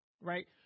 right